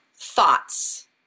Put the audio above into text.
thoughts